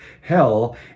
Hell